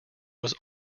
was